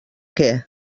què